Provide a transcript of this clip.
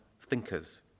thinkers